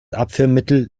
abführmittel